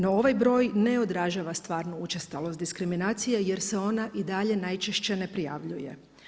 No ovaj broj ne odražava stvarnu učestalost diskriminacije jer se ona i dalje najčešće ne prijavljuje.